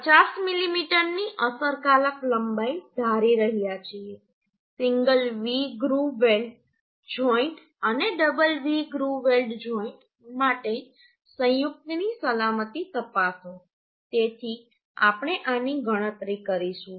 150 મિલીમીટરની અસરકારક લંબાઈ ધારી રહ્યા છીએ single V groove weld joint અને double V groove weld joint માટે સંયુક્તની સલામતી તપાસો તેથી આપણે આની ગણતરી કરીશું